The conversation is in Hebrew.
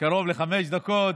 קרוב לחמש דקות.